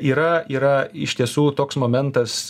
yra yra iš tiesų toks momentas